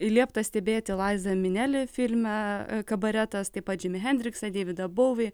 liepta stebėti laizen minelį filme kabaretas taip pat džimį hendriksą deividą bovei